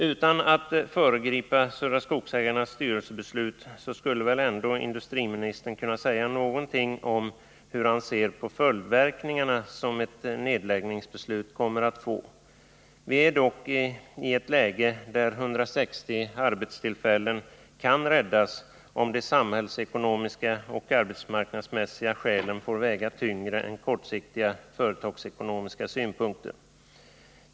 Utan att föregripa Södra Skogsägarnas styrelsebeslut skulle väl ändå industriministern kunna säga någonting om hur han ser på de följdverkningar som ett nedläggningsbeslut kommer att få. Vi är dock i ett läge där 160 arbetstillfällen kan räddas, om de samhällsekonomiska och arbetsmarknadsmässiga skälen får väga tyngre än kortsiktiga företagsekonomiska synpunkter.